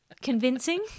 convincing